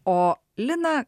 o lina